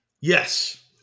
Yes